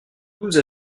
douze